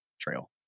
trail